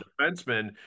defenseman